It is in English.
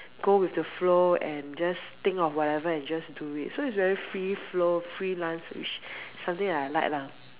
go with the flow and just think of whatever and just do it so it's very free flow freelanceish something that I like lah mm